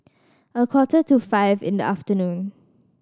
a quarter to five in the afternoon